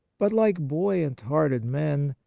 but, like buoyant-hearted men,